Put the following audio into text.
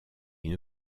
une